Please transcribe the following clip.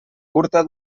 curta